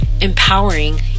empowering